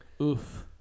Oof